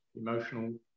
emotional